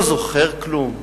לא זוכר כלום,